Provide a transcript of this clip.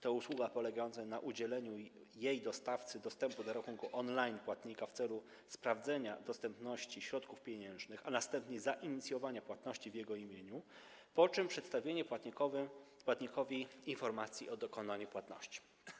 To usługa polegająca na udzieleniu jej dostawcy dostępu do rachunku on-line płatnika w celu sprawdzenia dostępności środków pieniężnych, a następnie zainicjowania płatności w jego imieniu, po czym przedstawieniu płatnikowi informacji o dokonaniu płatności.